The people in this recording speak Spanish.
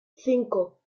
cinco